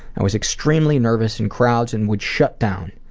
i was extremely nervous in crowds and would shut down.